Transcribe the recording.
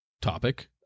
topic